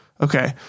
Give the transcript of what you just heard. Okay